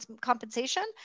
compensation